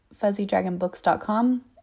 fuzzydragonbooks.com